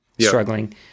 struggling